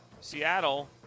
Seattle